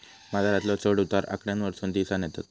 बाजारातलो चढ उतार आकड्यांवरसून दिसानं येतत